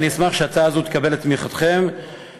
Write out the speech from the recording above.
אני אשמח אם ההצעה הזו תקבל את תמיכתכם ותעבור